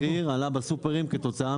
המחיר עלה בסופרים כתוצאה